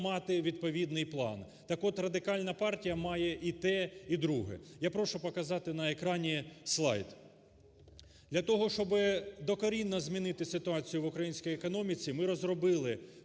мати відповідний план. Так от, Радикальна партія має і те, і друге. Я прошу показати на екрані слайд. Для того, щоб докорінно змінити ситуацію в українській економіці, ми розробили